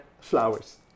flowers